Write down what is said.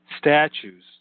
statues